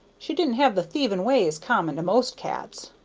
she didn't have the thieving ways common to most cats.